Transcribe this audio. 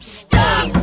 stop